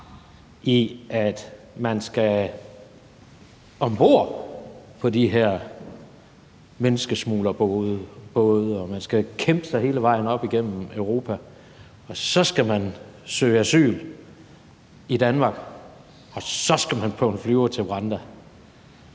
i, at man skal om bord på de her menneskesmuglerbåde, at man skal kæmpe sig hele vejen op igennem Europa, at man skal søge asyl i Danmark – og at man så skal på en flyver til Rwanda.